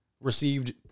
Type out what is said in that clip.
Received